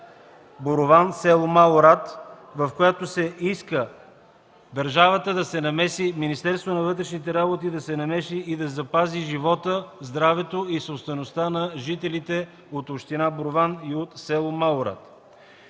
Борован, с. Малорад, с което се иска държавата – Министерството на вътрешните работи, да се намеси и да запази животът, здравето и собствеността на жителите от община Борован и от с. Малорад.